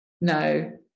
No